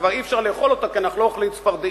וכבר אי-אפשר לאכול אותה כי אנחנו לא אוכלים צפרדעים.